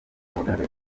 wagaragaye